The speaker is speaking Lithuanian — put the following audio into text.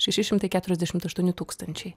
šeši šimtai keturiasdešimt aštuoni tūkstančiai